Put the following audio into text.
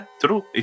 true